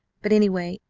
but anyway,